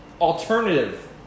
alternative